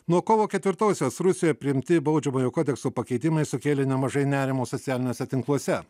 nuo kovo ketvirtosios rusijoje priimti baudžiamojo kodekso pakeitimai sukėlė nemažai nerimo socialiniuose tinkluose